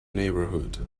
neighborhood